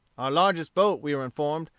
our largest boat, we were informed,